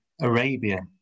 Arabia